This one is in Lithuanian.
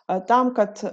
o tam kad